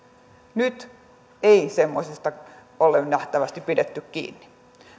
nyt ei semmoisesta ole nähtävästi pidetty kiinni